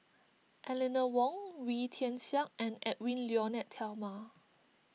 Eleanor Wong Wee Tian Siak and Edwy Lyonet Talma